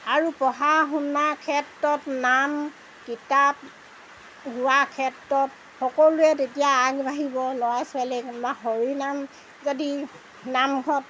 আৰু পঢ়া শুনা ক্ষেত্ৰত নাম কিতাপ হোৱা ক্ষেত্ৰত সকলোৱে তেতিয়া আগবাঢ়িব ল'ৰা ছোৱালীক হৰিনাম যদি নামঘৰত